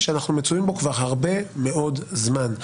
מאוחדים,